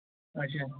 اَچھا